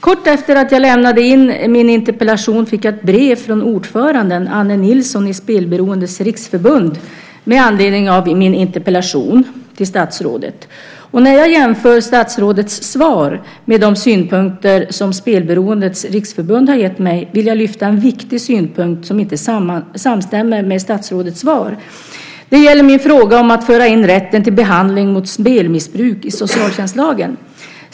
Kort efter att jag hade lämnat in min interpellation fick jag ett brev från ordföranden i Spelberoendes riksförbund, Anne Nilsson, med anledning av min interpellation till statsrådet. När jag jämför statsrådets svar med de synpunkter som Spelberoendes riksförbund har gett mig vill jag lyfta fram en viktig synpunkt som inte samstämmer med statsrådets svar. Det gäller min fråga om att föra in rätten till behandling mot spelmissbruk i socialtjänstlagen.